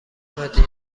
هدیه